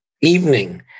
evening